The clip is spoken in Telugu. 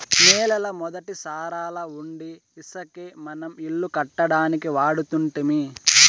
నేలల మొదటి సారాలవుండీ ఇసకే మనం ఇల్లు కట్టడానికి వాడుతుంటిమి